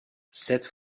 cette